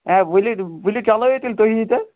A ؤلِو ؤلِو چَلٲیِو تیٚلہِ تُہۍ تیٚلہِ